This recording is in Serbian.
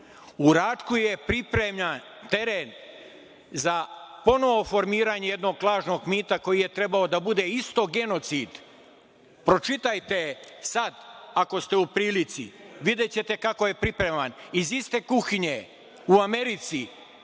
Račku je pripreman teren za ponovo formiranje jednog lažnog mita koji je trebao da bude isto genocid. Pročitajte sad, ako ste u prilici, videćete kako je pripreman iz isti kuhinje u Americi,